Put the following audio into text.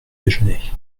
déjeuner